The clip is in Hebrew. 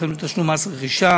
וכן בתשלום מס רכישה